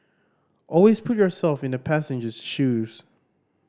always put yourself in the passenger's shoes